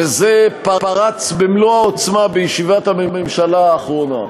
וזה פרץ במלוא העוצמה בישיבת הממשלה האחרונה,